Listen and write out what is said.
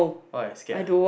why scared ah